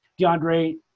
DeAndre